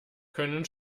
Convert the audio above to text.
können